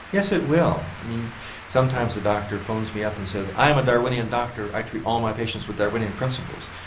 yes it will, i mean sometimes a doctor phones me up and says, i'm a darwinian doctor, i treat all my patients with darwinian principles.